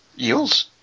Eels